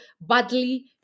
badly